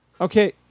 Okay